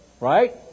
right